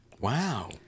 Wow